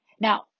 Now